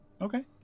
okay